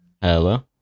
Hello